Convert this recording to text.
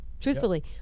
Truthfully